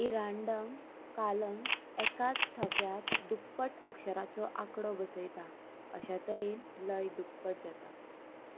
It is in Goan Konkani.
इरांडम् कालम् एकाच ठोक्यात दुप्पट अक्षराचो आंकडो बसयता अश्या तरेन लय दुप्पट जाता